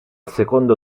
secondo